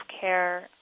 care